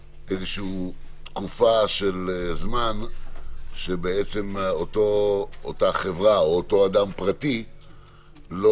תקופה של זמן שאותה חברה או אותו אדם פרטי לא